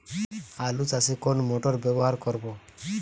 আলু চাষে কোন মোটর ব্যবহার করব?